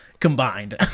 Combined